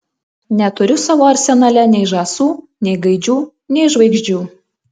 neturiu savo arsenale nei žąsų nei gaidžių nei žvaigždžių